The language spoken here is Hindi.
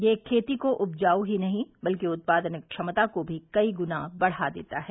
यह खेती को उपजाऊ ही नही बल्कि उत्पादन क्षमता को भी कई गुना बढ़ा देता है